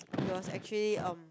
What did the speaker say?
because actually um